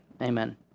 Amen